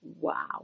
Wow